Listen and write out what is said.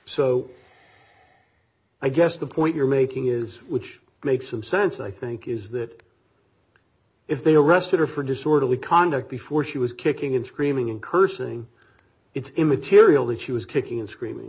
so i guess the point you're making is which makes some sense i think is that if they arrested her for disorderly conduct before she was kicking and screaming and cursing it's immaterial that she was kicking and screaming